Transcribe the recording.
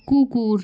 কুকুর